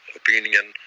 opinion